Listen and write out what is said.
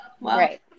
right